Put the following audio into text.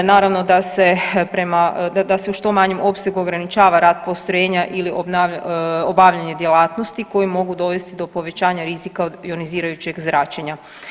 Naravno da se u što manjem opsegu ograničava rad postrojenja ili obavljanje djelatnosti koji mogu dovesti do povećanja rizika od ionizirajućeg zračenja.